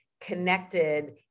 connected